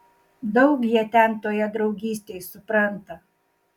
daug jie ten toje draugystėj supranta